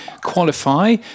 qualify